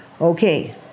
okay